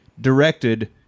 directed